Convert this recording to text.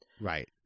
Right